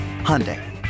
Hyundai